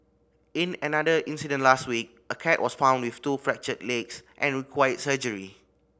in another incident last week a cat was found with two fractured legs and required surgery